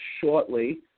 shortly